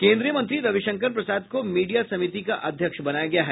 केन्द्रीय मंत्री रविशंकर प्रसाद को मीडिया समिति का अध्यक्ष बनाया गया है